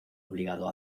obligado